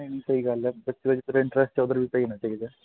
ਨਹੀਂ ਸਈ ਗੱਲ ਹੈ ਬੱਚੇ ਦਾ ਜਿੱਧਰ ਇੰਟ੍ਰਸਟ ਹੈ ਉੱਧਰ ਵੀ ਸਹੀ ਹੋਣਾ ਚਾਹੀਦਾ